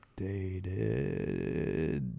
updated